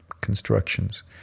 constructions